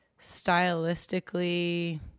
stylistically